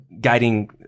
guiding